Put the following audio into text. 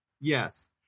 Yes